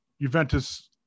Juventus